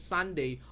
Sunday